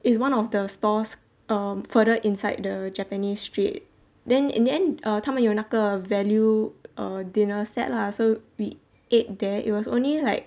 is one of the stalls err further inside the japanese street then in the end err 他们有那个 value err dinner set lah so we ate there it was only like